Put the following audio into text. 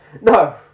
no